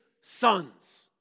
sons